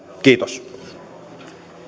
kiitos